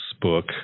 book